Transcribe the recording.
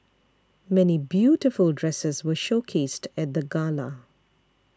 many beautiful dresses were showcased at the gala